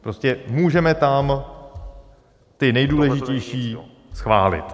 Prostě můžeme tam ty nejdůležitější schválit.